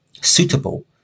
suitable